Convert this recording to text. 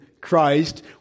Christ